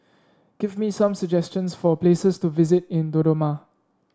give me some suggestions for places to visit in Dodoma